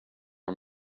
are